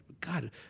God